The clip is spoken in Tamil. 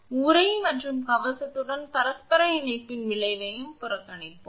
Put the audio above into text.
உறை மற்றும் கவசத்துடன் பரஸ்பர இணைப்பின் விளைவை புறக்கணிக்கவும்